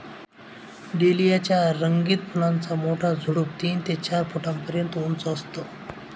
dahlia च्या रंगीत फुलांचा मोठा झुडूप तीन ते चार फुटापर्यंत उंच असतं